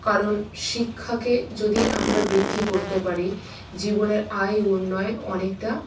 কারণ শিক্ষাকে যদি আমরা বৃদ্ধি করতে পারি জীবনের আয় উন্নয়ন অনেকটা